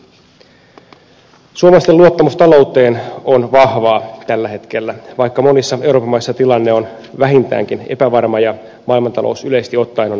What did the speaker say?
suomalaisten luottamus talouteen on vahvaa tällä hetkellä vaikka monissa euroopan maissa tilanne on vähintäänkin epävarma ja maailmantalous yleisesti ottaen on muutostilassa